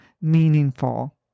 meaningful